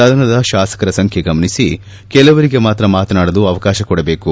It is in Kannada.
ಸದನದ ಶಾಸಕರ ಸಂಖ್ಯೆ ಗಮನಿಸಿ ಕೆಲವರಿಗೆ ಮಾತ್ರ ಮಾತನಾಡಲು ಅವಕಾಶ ಕೊಡಬೇಕು